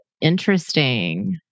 interesting